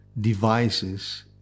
devices